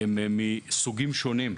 מסוגים שונים,